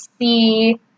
see